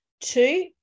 Two